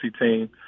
team